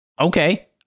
okay